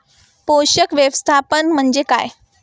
पोषक व्यवस्थापन म्हणजे काय?